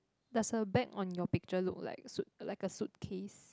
does her bag on your picture look like suit like a suitcase